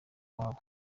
iwabo